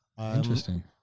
Interesting